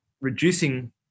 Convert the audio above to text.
reducing